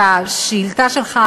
בשאילתה שלך,